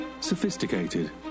sophisticated